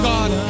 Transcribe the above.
God